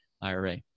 IRA